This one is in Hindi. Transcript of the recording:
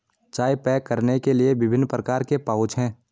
चाय पैक करने के लिए विभिन्न प्रकार के पाउच हैं